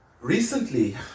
recently